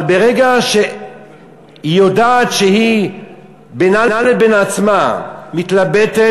אבל ברגע שהיא יודעת שהיא בינה לבין עצמה מתלבטת,